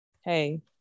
Hey